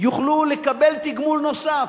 יוכלו לקבל תגמול נוסף.